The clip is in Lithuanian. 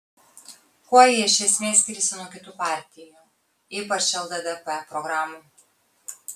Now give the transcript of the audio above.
kuo ji iš esmės skiriasi nuo kitų partijų ypač lddp programų